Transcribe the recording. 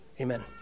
Amen